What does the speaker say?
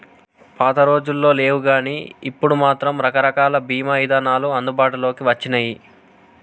పాతరోజుల్లో లేవుగానీ ఇప్పుడు మాత్రం రకరకాల బీమా ఇదానాలు అందుబాటులోకి వచ్చినియ్యి